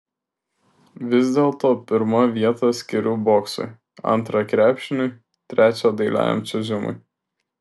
vis dėlto pirmą vietą skiriu boksui antrą krepšiniui trečią dailiajam čiuožimui